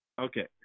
Okay